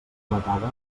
matava